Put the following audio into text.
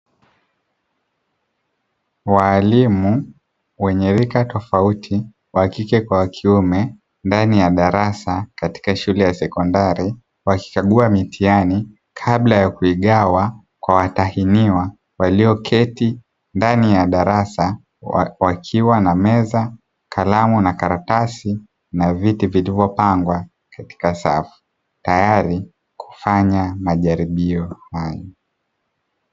Walimu wenye rika tofauti, wa kike kwa wa kiume, ndani ya darasa katika shule ya sekondari wakikagua mitihani kabla ya kuigawa kwa watahiniwa walioketi ndani ya darasa wakiwa na meza, kalamu na karatasi, na viti vilivyopangwa katika safu, tayari kufanya majaribio fulani.